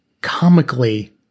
comically